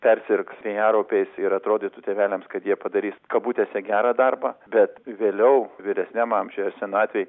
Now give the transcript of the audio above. persirgs vėjaraupiais ir atrodytų tėveliams kad jie padarys kabutėse gerą darbą bet vėliau vyresniam amžiuje ar senatvėj